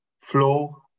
flow